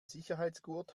sicherungsgurt